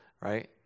Right